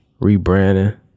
rebranding